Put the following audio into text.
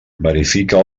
verifica